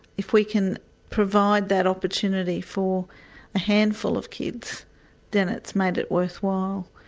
if we can provide that opportunity for a handful of kids then it's made it worthwhile.